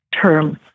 term